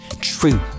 true